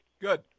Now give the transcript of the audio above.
Good